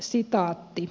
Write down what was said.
sitaatti